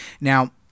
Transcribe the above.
Now